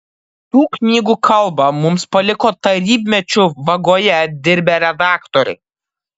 tų knygų kalbą mums paliko tarybmečiu vagoje dirbę redaktoriai